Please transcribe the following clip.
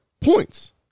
points